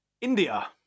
India